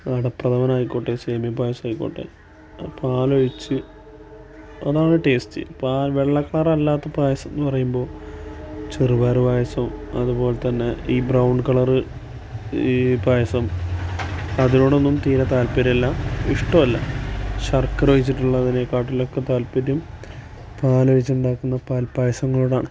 അടപ്രഥമൻ ആയിക്കോട്ടെ സേമിയ പായസായിക്കോട്ടെ പാലൊഴിച്ച് അതാണ് ടേസ്റ്റ് പാൽ വെള്ള കളറല്ലാത്ത പായസമെന്ന് പറയുമ്പോൾ ചെറുപയറ് പായസോം അത്പോലെ തന്നെ ഈ ബ്രൗൺ കളറ് ഈ പായ്സം അതിനോടൊന്നും തീരെ താല്പര്യമില്ല ഇഷ്ട്ടമല്ല ശർക്കര ഒഴിച്ചിട്ടുള്ളതിനെക്കാട്ടിൽ ഒക്കെ താല്പര്യം പാലൊഴിച്ചുണ്ടാക്കുന്ന പാൽപായസങ്ങളോടാണ്